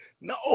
No